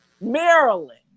Maryland